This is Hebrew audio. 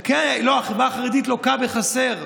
כן, לא, החברה החרדית לוקה בחסר.